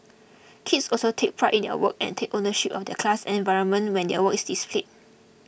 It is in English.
kids also take pride in their work and take ownership of their class environment when their work is displayed